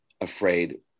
afraid